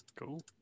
Cool